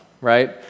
right